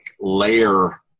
layer